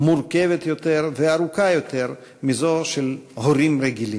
מורכבת יותר וארוכה יותר מזו של הורים רגילים.